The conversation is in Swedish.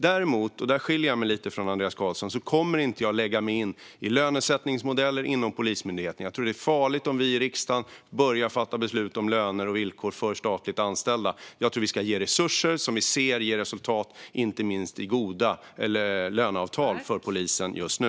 Däremot - och där skiljer jag mig lite från Andreas Carlson - kommer jag inte att lägga mig i lönesättningsmodeller inom Polismyndigheten. Jag tror att det är farligt om vi i riksdagen börjar fatta beslut om löner och villkor för statligt anställda. Jag tror att vi ska ge resurser som vi ser ger resultat, inte minst i goda löneavtal för polisen just nu.